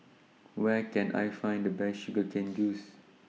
Where Can I Find The Best Sugar Cane Juice